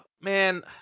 Man